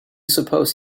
suppose